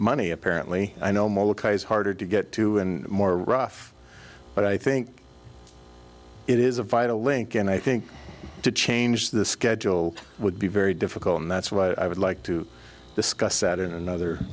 money apparently i know molokai is harder to get to and more rough but i think it is a vital link and i think to change the schedule would be very difficult and that's why i would like to discuss that in another